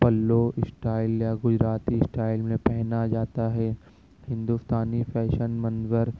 پلو style یا Gujarati style میں پہنا جاتا ہے ہندوستانی فیشن منظر